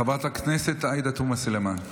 חברת הכנסת עאידה תומא סלימאן.